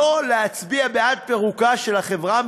לא להצביע בעד פירוקה של החברה,